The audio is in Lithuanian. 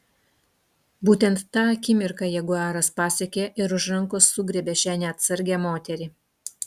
būtent tą akimirką jaguaras pasiekė ir už rankos sugriebė šią neatsargią moterį